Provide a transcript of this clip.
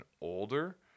older